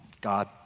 God